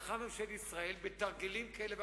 הלכה ממשלת ישראל, בתרגילים כאלה ואחרים,